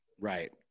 Right